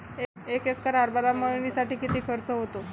एक एकर हरभरा मळणीसाठी किती खर्च होतो?